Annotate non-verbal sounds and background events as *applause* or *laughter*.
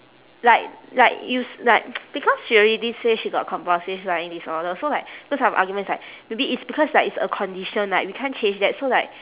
like like you s~ like *noise* because she already say she got compulsive lying disorder so like those side of argument is like maybe it's because like it's a condition like we can't change that so like